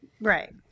Right